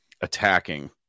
attacking